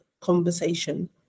conversation